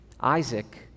Isaac